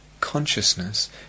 consciousness